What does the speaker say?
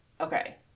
Okay